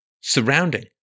Surrounding